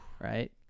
Right